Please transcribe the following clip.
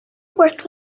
worked